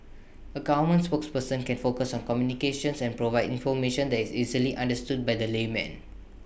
A government spokesperson can focus on communications and provide information that is easily understood by the layman